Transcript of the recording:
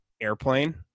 airplane